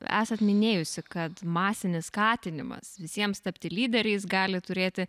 esat minėjusi kad masinis skatinimas visiems tapti lyderiais gali turėti